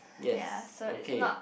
ya okay